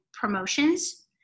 promotions